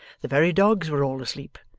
the very dogs were all asleep,